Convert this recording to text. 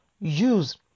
use